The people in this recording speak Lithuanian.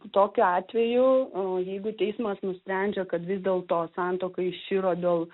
tokiu atveju jeigu teismas nusprendžia kad vis dėlto santuoka iširo dėl